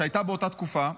שהייתה באותה תקופה,